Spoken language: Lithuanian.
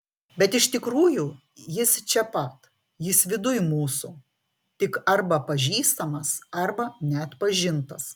bet iš tikrųjų jis čia pat jis viduj mūsų tik arba pažįstamas arba neatpažintas